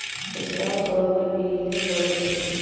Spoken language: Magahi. स्टॉक ब्रोकर विनियमित ब्रोकर होइ छइ